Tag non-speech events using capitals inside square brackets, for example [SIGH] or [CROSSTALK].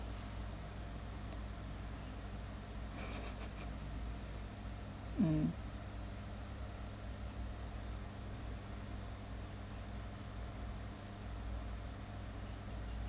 [LAUGHS] mm